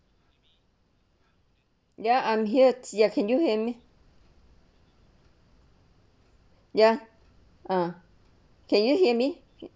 ya I'm here ya can you hear me ya uh can you hear me